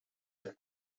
het